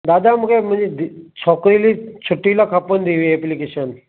दादा मूंखे मुंहिंजी धीउ छोकिरी ली छुटी लाइ खपंदी हुई एप्लीकेशन